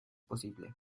posible